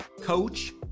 coach